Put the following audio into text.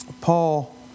Paul